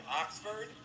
Oxford